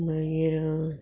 मागीर